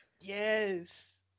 Yes